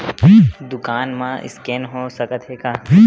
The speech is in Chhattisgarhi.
दुकान मा स्कैन हो सकत हे का?